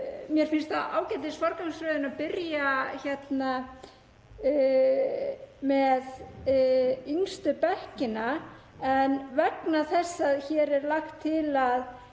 Mér finnst það ágætisforgangsröðun að byrja með yngstu bekkina en vegna þess að hér er lagt til að